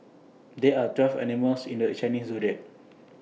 there are twelve animals in the Chinese Zodiac